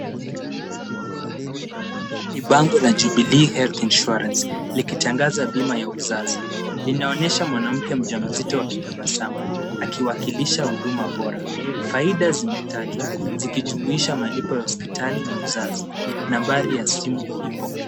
Ni bango la Jubilee Health Insurance likitangaza bima ya uzazi. Linaonyesha mwanamke mjamzito akitabasamu, akiwakilisha huduma bora. Faida zimetajwa zikijumuisha malipo ya hospitali na uzazi. Nambari ya simu ipo.